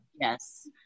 Yes